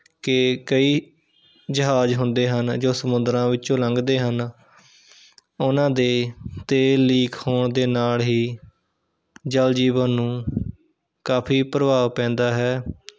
ਕਿ ਕਈ ਜਹਾਜ਼ ਹੁੰਦੇ ਹਨ ਜੋ ਸਮੁੰਦਰਾਂ ਵਿੱਚੋਂ ਲੰਘਦੇ ਹਨ ਉਹਨਾਂ ਦੇ ਤੇਲ ਲੀਕ ਹੋਣ ਦੇ ਨਾਲ਼ ਹੀ ਜਲ ਜੀਵਨ ਨੂੰ ਕਾਫੀ ਪ੍ਰਭਾਵ ਪੈਂਦਾ ਹੈ